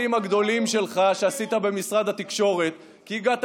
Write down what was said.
ובתמים שאתה משוכנע